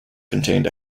contained